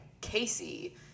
Casey